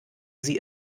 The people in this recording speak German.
sie